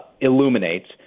illuminates